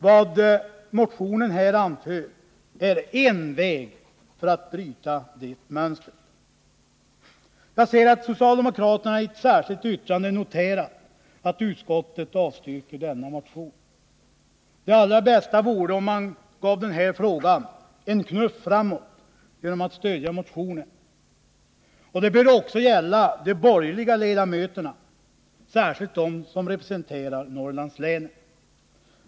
Vad som i motionen anförs är en väg för att bryta det mönstret. Socialdemokraterna har i ett särskilt yttrande noterat att utskottet avstyrker denna motion. Det allra bästa vore om socialdemokraterna gav den här frågan en knuff framåt genom att stödja motionen. Det bör också gälla de borgerliga ledamöterna, särskilt dem som representerar Norrlandslänen.